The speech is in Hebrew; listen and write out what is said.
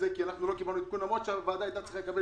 כי לא קיבלנו עדכון למרות שהוועדה היתה צריכה לקבל